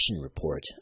report